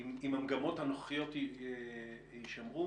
- אם התקנות הנוכחיות לא יישמרו,